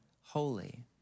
holy